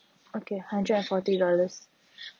okay hundred and forty dollars